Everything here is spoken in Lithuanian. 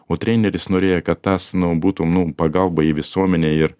o treneris norėjo kad tas nu būtų nu pagalba į visuomenę ir